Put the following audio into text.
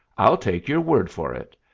i'll take your word for it,